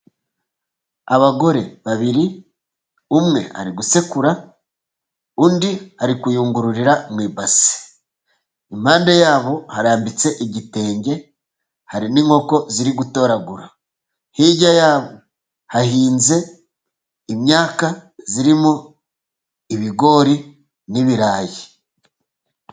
Abagore babiri， umwe ari gusekura， undi ari kuyungururira mu ibasi. Impande yabo harambitse igitenge， harimo inkoko ziri gutoragura， hirya y'aho hahinze imyaka irimo ibigori n'ibirayi.